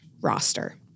roster